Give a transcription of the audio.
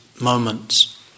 moments